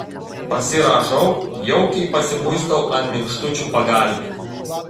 pasirąžau jaukiai pasimuistau ant minkštučių pagalvių